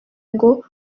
ngo